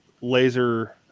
laser